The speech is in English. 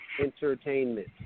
entertainment